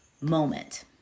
moment